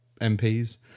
MPs